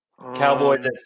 Cowboys